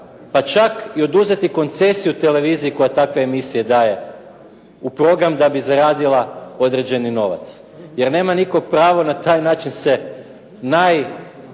pa čak i oduzeti koncesiju televiziji koja takve emisije daje u program da bi zaradila određeni novac, jer nema nitko pravo na taj način se naj,